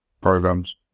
programs